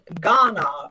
Ghana